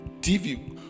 TV